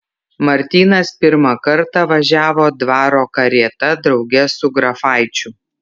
martynas pirmą kartą važiavo dvaro karieta drauge su grafaičiu